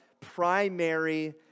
primary